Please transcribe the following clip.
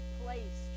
place